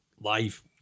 live